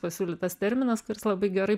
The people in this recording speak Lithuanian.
pasiūlytas terminas kuris labai gerai